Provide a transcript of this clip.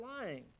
lying